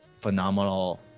phenomenal